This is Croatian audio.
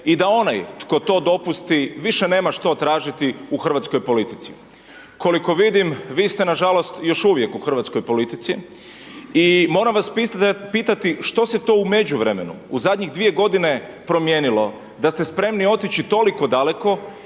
i da onaj tko to dopusti, više nema što tražiti u hrvatskoj politici. Koliko vidim, vi ste nažalost još uvijek u hrvatskoj politici i moram vas pitati što se to u međuvremenu u zadnjih 2 g. promijenilo da ste spremni otići toliko daleko